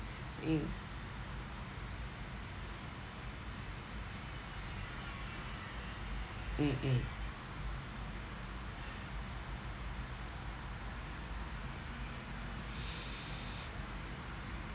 mm mm mm